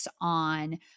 on